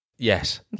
Yes